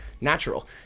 natural